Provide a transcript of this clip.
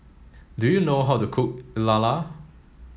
do you know how to cook Lala